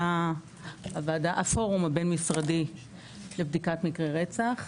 הפורום הבין-משרדי לבדיקת מקרי רצח.